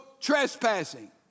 trespassing